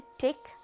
take